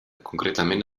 concretament